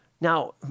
Now